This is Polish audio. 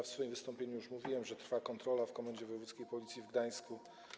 W swoim wystąpieniu już mówiłem, że trwa kontrola w Komendzie Wojewódzkiej Policji w Gdańsku.